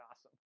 awesome